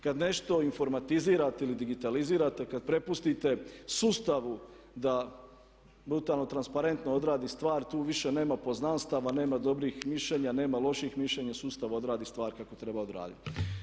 Kada nešto informatizirate ili digitalizirate, kada prepustite sustavu da brutalno, transparentno odradi stvar, tu više nema poznanstava, nema dobrih mišljenja, nema loših mišljenja, sustav odradi stvar kako treba odraditi.